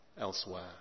elsewhere